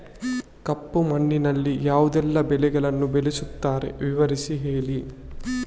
ಕಪ್ಪು ಮಣ್ಣಿನಲ್ಲಿ ಯಾವುದೆಲ್ಲ ಬೆಳೆಗಳನ್ನು ಬೆಳೆಸುತ್ತಾರೆ ವಿವರಿಸಿ ಹೇಳಿ